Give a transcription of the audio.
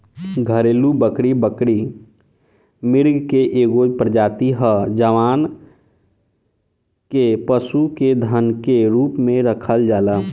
घरेलु बकरी, बकरी मृग के एगो प्रजाति ह जवना के पशु के धन के रूप में राखल जाला